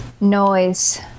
Noise